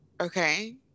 Okay